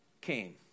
came